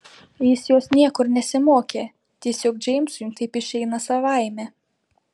jis jos niekur nesimokė tiesiog džeimsui taip išeina savaime